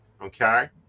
Okay